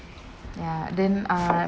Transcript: ya then uh